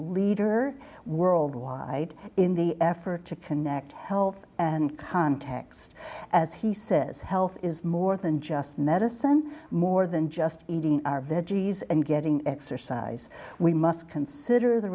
leader worldwide in the effort to connect health and context as he says health is more than just medicine more than just eating our veggies and getting exercise we must consider the